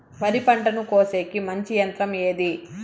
వరి పంటను కోసేకి మంచి యంత్రం ఏది?